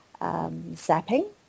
zapping